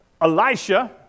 Elisha